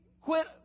Quit